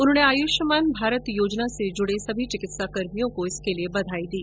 उन्होंने आयुष्मान भारत योजना से जुड़े सभी चिकित्साकर्मियों को इसके लिए बधाई दी